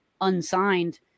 unsigned